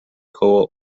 koło